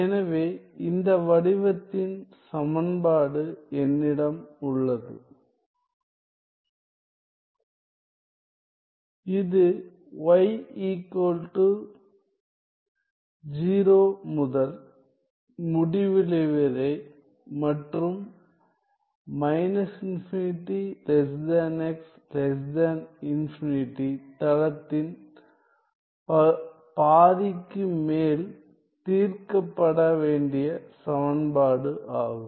எனவே இந்த வடிவத்தின் சமன்பாடு என்னிடம் உள்ளது இது y 0 முதல் முடிவிலி வரை மற்றும் −∞ x ∞ தளத்தின் பாதிக்கு மேல் தீர்க்கப்பட வேண்டிய சமன்பாடு ஆகும்